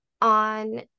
on